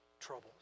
troubles